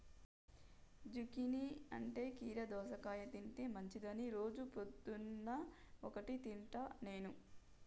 zucchini అంటే కీరా దోసకాయ తింటే మంచిదని రోజు పొద్దున్న ఒక్కటి తింటా నేను